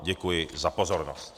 Děkuji za pozornost.